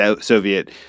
Soviet